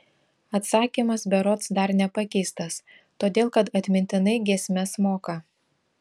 atsakymas berods dar nepakeistas todėl kad atmintinai giesmes moka